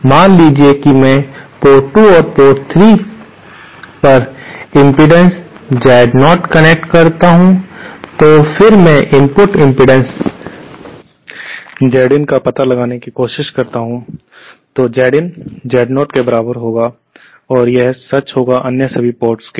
मान लीजिए कि मैं पोर्ट 2 और 3 पर इम्पीडेन्स Z0 कनेक्ट करता हूं और फिर मैं इनपुट इम्पीडेन्स Z in का पता लगाने की कोशिश करता हूं तो Z in Z0 के बराबर होगा और यह सच होगा अन्य सभी पोर्ट के लिए